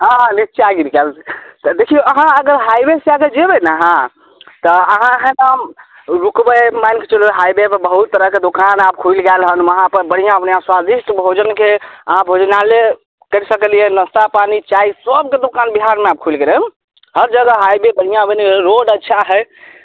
हँ निचा गिर जायत देखियौ अहाँ अगर हाइवे से अगर जेबै ने अहाँ तऽ अहाँ एकदम रुकबै मानिके चलु हाइवे पर बहुत तरहके दोकान आब खुलि गेल हन वहाँ पर बढ़िऑं बढ़िऑं स्वादिष्ट भोजनके अहाँ भोजनालयके सबके लिए नाश्ता पानि चाह सबके दोकान आब बिहारमे खुलि गेलै हन हर जगह हाइवे बढ़ियाँ बनि गेलै हन रोड अच्छा है